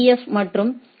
ஃப் மற்றும் ஆா்